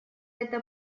эта